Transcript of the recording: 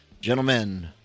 Gentlemen